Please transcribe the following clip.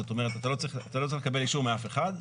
זאת אומרת, אתה לא צריך לקבל אישור מאף אחד.